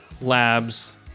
Labs